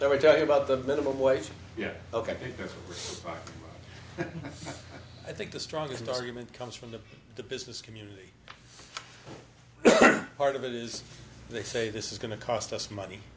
we talking about the minimum wage yeah ok i think the strongest argument comes from the the business community part of it is they say this is going to cost us money